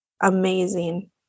Amazing